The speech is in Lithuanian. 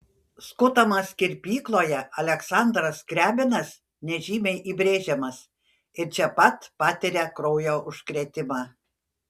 skutamas kirpykloje aleksandras skriabinas nežymiai įbrėžiamas ir čia pat patiria kraujo užkrėtimą